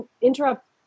interrupt